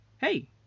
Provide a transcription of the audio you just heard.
Hey